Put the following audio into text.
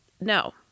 No